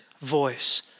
voice